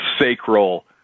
sacral